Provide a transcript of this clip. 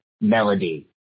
melody